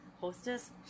Hostess